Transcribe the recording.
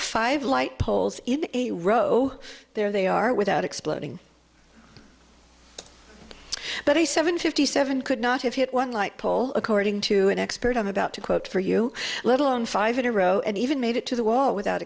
five light poles in a row there they are without exploding but a seven fifty seven could not have hit one light pole according to an expert i'm about to quote for you let alone five in a row and even made it to the wall without